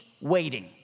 waiting